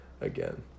again